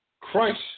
Christ